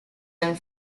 and